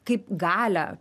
kaip galią